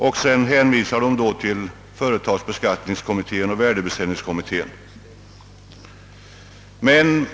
Utskottet hänvisar sedan till uttalanden av företagsbeskattningskommittén och värdesäkringskommittén om de svårigheter som en indexreglerad avskrivningsmetod skulle medföra.